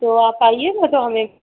तो आप आइएगा तो हमे